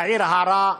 להעיר הערה,